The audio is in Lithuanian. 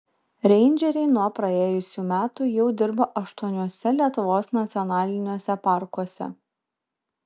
reindžeriai nuo praėjusių metų jau dirba aštuoniuose lietuvos nacionaliniuose parkuose